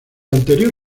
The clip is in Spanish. anterior